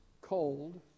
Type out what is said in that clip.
cold